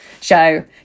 show